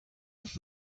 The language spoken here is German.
und